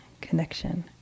connection